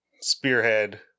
spearhead